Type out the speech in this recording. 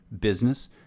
business